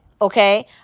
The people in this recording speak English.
okay